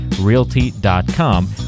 realty.com